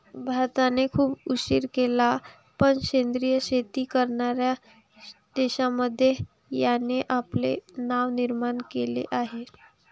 भारताने खूप उशीर केला पण सेंद्रिय शेती करणार्या देशांमध्ये याने आपले नाव निर्माण केले आहे